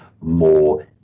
more